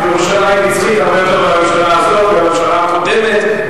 ירושלים נצחית הרבה יותר מהממשלה הזאת ומהממשלה הקודמת,